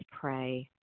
pray